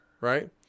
right